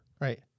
Right